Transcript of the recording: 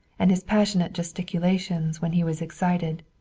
and his passionate gesticulations when he was excited.